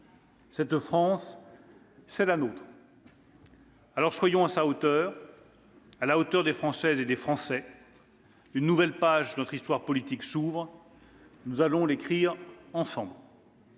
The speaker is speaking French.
Cette France, c'est la nôtre ; aussi, soyons à sa hauteur, à la hauteur des Françaises et des Français. Une nouvelle page de notre histoire politique s'ouvre. Nous allons l'écrire ensemble.